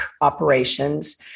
operations